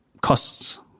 costs